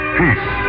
peace